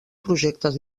projectes